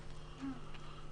נכון.